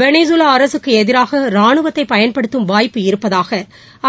வெளிகலா அரசுக்கு எதிராக ரானுவத்தை பயன்படுத்தும் வாய்ப்பு இருப்பதாக